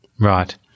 Right